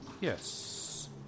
yes